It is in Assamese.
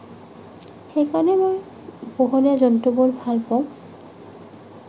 সেইকাৰণে মই পোহনীয়া জন্তুবোৰ ভাল পাওঁ